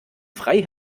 frei